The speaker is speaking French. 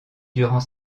durant